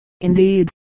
Indeed